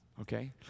okay